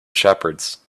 shepherds